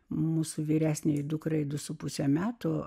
mūsų vyresnei dukrai du su puse metų